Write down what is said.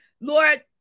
Lord